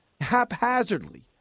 haphazardly